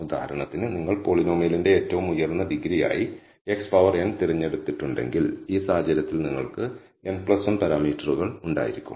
ഉദാഹരണത്തിന് നിങ്ങൾ പോളിനോമിയലിന്റെ ഏറ്റവും ഉയർന്ന ഡിഗ്രിയായി xn തിരഞ്ഞെടുത്തിട്ടുണ്ടെങ്കിൽ ഈ സാഹചര്യത്തിൽ നിങ്ങൾക്ക് n 1 പാരാമീറ്ററുകൾ ഉണ്ടായിരിക്കും